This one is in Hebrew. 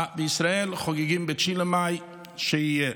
בישראל חוגגים ב-9 במאי, שיהיה,